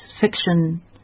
fiction